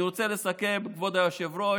אני רוצה לסכם, כבוד היושב-ראש: